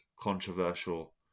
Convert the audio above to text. controversial